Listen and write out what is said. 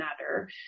matter